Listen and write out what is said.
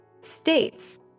states